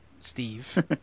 Steve